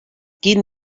quin